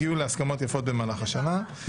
הגיעו להסכמות יפות במהלך השנה.